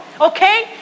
okay